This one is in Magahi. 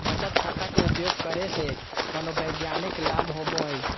बचत खाता के उपयोग करे से मनोवैज्ञानिक लाभ होबो हइ